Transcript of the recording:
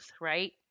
right